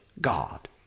God